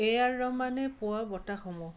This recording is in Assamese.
এ আৰ ৰহমানে পোৱা বঁটাসমূহ